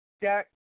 Jack